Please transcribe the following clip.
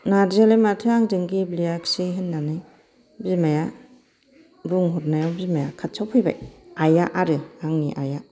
नार्जियालाय माथो आंजों गेब्लेयाखिसै होन्नानै बिमाया बुंहरनायाव बिमाया खाथियाव फैबाय आइया आरो आंनि आइया